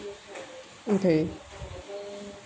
okay